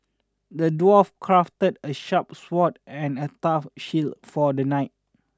the dwarf crafted a sharp sword and a tough shield for the knight